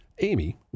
Amy